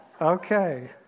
Okay